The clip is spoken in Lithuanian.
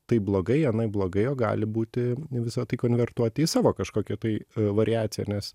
taip blogai anaip blogai o gali būti visą tai konvertuoti į savo kažkokią tai variaciją nes